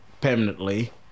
permanently